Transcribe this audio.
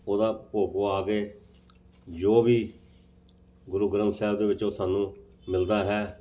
ਉਹਦਾ ਭੋਗ ਪੁਆ ਕੇ ਜੋ ਵੀ ਗੁਰੂ ਗ੍ਰੰਥ ਸਾਹਿਬ ਦੇ ਵਿੱਚ ਉਹ ਸਾਨੂੰ ਮਿਲਦਾ ਹੈ